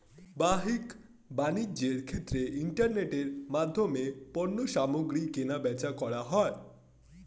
বাহ্যিক বাণিজ্যের ক্ষেত্রে ইন্টারনেটের মাধ্যমে পণ্যসামগ্রী কেনাবেচা করা হয়